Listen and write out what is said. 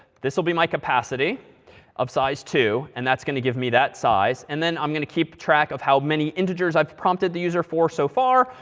this will be my capacity of size two. and that's going to give me that size. and then, i'm going to keep track of how many integers i've prompted the user for so far.